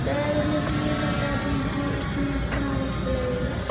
سر مجھے یہ بتا دیجیے اس میں کتنا وقت لگے گا